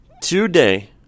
Today